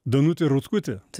danutė rutkutė